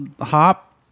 hop